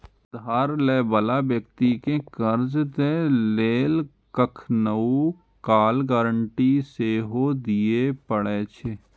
उधार लै बला व्यक्ति कें कर्ज दै लेल कखनहुं काल गारंटी सेहो दियै पड़ै छै